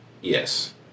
Yes